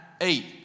eight